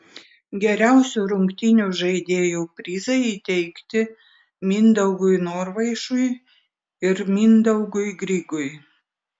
geriausių rungtynių žaidėjų prizai įteikti mindaugui norvaišui ir mindaugui grigui